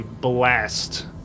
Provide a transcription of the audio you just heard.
blast